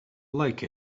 like